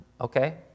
okay